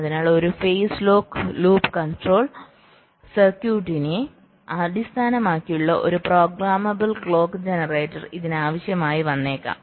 അതിനാൽ ഒരു phase lock loop control സർക്യൂട്ടിനെ അടിസ്ഥാനമാക്കിയുള്ള ഒരു പ്രോഗ്രാമബിൾ ക്ലോക്ക് ജനറേറ്റർ ഇതിന് ആവശ്യമായി വന്നേക്കാം